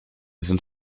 sind